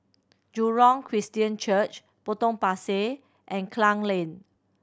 Jurong Christian Church Potong Pasir and Klang Lane